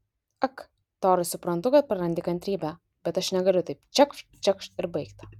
ak torai suprantu kad prarandi kantrybę bet aš negaliu taip čekšt čekšt ir baigta